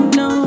no